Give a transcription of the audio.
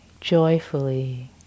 joyfully